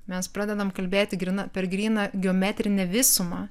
mes pradedam kalbėti gryna per gryną geometrinę visumą